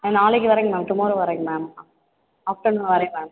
ஆ நாளைக்கு வரேங்க ma'am tomorrow வரேங்க மேம் ஆஃப்டர்நூன் வரேன் மேம்